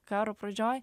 karo pradžioj